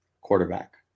quarterback